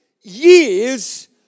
years